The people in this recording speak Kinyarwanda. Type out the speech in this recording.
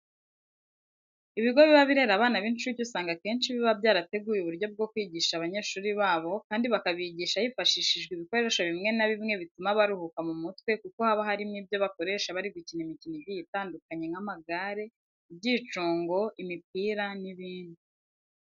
Ibigo biba birera abana b'incuke usanga akenshi biba byarateguye uburyo bwo kwigisha abanyeshuri babo kandi bakabigisha hifashishijwe ibikoresho bimwe na bimwe bituma baruhuka mu mutwe kuko haba harimo ibyo bakoresha bari gukina imikino igiye itandukanye nk'amagare, ibyicungo, imipira n'ibindi.